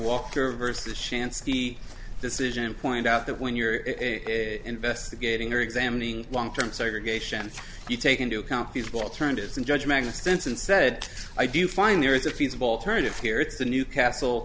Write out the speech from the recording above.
walker versus chance the decision point out that when you're investigating or examining long term segregation you take into account feasible alternatives and judge magnet stenson said i do find there is a feasible alternative here it's a newcastle